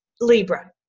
libra